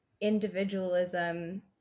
individualism